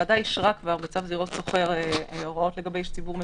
הוועדה אישרה כבר בצו זירות סוחר הוראות לגבי איש ציבור מקומי,